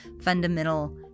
fundamental